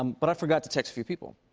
um but i forgot to text a few people.